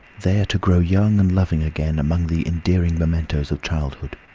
there to grow young and loving again among the endearing mementoes of childhood.